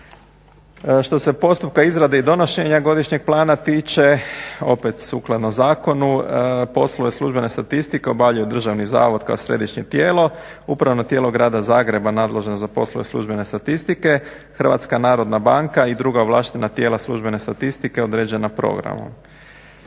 Što se postupka izrade i donošenja Godišnjeg plana tiče opet sukladno zakonu poslove službene statistike obavljaju Državni zavod kao središnje tijelo, Upravno tijelo grada Zagreba nadležno za poslove službene statistike, Hrvatska narodna banka i druga ovlaštena tijela službene statistike određena programom.